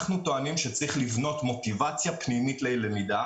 אנחנו טוענים שצריך לבנות מוטיבציה פנימית ללמידה